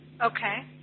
Okay